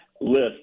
list